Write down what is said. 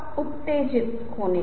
हो सकता है प्रस्तुति जटिल और कठिन हो